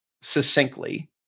succinctly